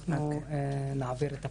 אנחנו נעביר את הפירוט.